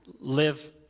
live